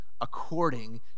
according